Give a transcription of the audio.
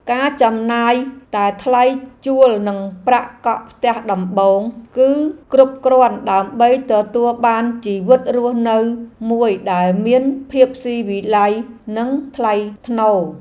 ការចំណាយតែថ្លៃជួលនិងប្រាក់កក់ផ្ទះដំបូង គឺគ្រប់គ្រាន់ដើម្បីទទួលបានជីវិតរស់នៅមួយដែលមានភាពស៊ីវិល័យនិងថ្លៃថ្នូរ។